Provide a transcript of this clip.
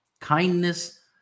kindness